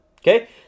okay